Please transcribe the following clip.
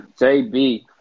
Jb